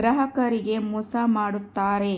ಗ್ರಾಹಕರಿಗೆ ಮೋಸ ಮಾಡತಾರೆ